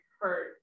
hurt